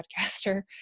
podcaster